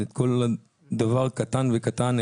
כל דבר קטן וקטן,